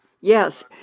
Yes